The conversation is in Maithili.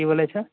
कि बोले छै